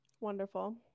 wonderful